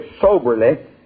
soberly